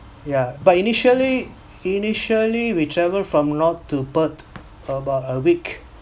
yeah but initially initially we travelled from north to perth about a week